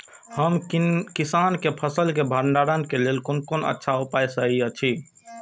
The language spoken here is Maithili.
हम किसानके फसल के भंडारण के लेल कोन कोन अच्छा उपाय सहि अछि?